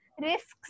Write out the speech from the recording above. risks